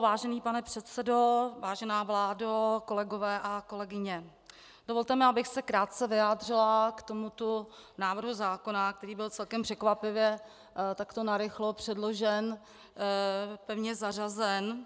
Vážený pane předsedo, vážená vládo, kolegové a kolegyně, dovolte mi, abych se krátce vyjádřila k tomuto návrhu zákona, který byl celkem překvapivě takto narychlo předložen, pevně zařazen.